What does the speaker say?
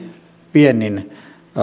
viennin